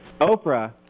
Oprah